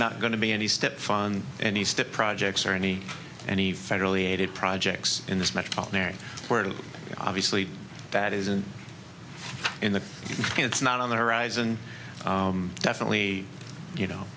not going to be any step fund any step projects or any any federally aided projects in this metropolitan area where obviously that isn't in the it's not on the horizon definitely you know